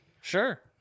Sure